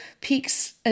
peaks